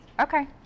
Okay